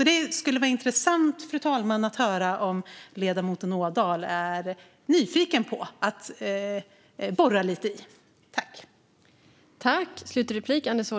Det skulle vara intressant, fru talman, att höra om ledamoten Ådahl är nyfiken på att borra lite i detta.